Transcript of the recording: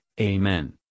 Amen